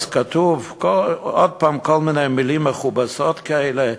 כתובות בה כל מיני מילים מכובסות כאלה,